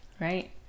right